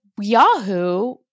Yahoo